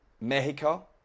Mexico